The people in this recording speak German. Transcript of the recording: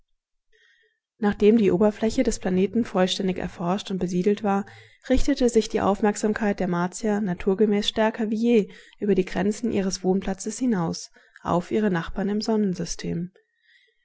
nachdem die oberfläche des planeten vollständig erforscht und besiedelt war richtete sich die aufmerksamkeit der martier naturgemäß stärker wie je über die grenzen ihres wohnplatzes hinaus auf ihre nachbarn